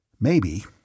Maybe